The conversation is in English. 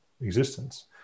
existence